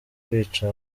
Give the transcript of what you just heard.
kwica